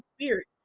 spirit